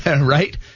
Right